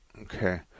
Okay